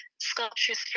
sculptures